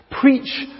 preach